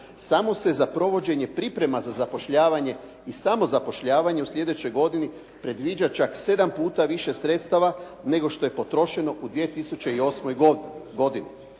Samo se za provođenje priprema za zapošljavanje i samozapošljavanje u sljedećoj godini predviđa čak 7 puta više sredstava, nego što je potrošeno u 2008. godini.